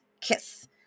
kiss